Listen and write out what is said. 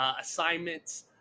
assignments